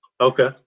Okay